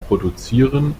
produzieren